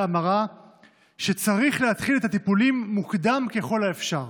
המרה שצריך להתחיל את הטיפולים מוקדם ככל האפשר.